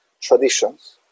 traditions